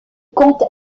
compte